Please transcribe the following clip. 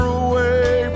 away